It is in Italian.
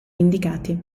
indicati